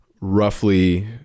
roughly